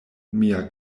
mia